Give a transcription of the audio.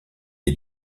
est